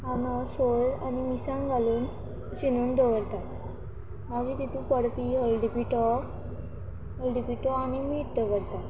कांदो सोय आनी मिरसांग घालून शिनून दवरतात मागीर तातूंत पडपी हळदी पिटो हळदी पिटो आनी मीठ दवरतात